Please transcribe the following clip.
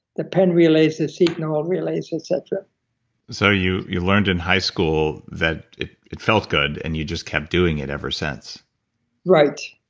the penn relays, the signal relays etc so you you learned in high school that it it felt good, and you just kept doing it ever since right,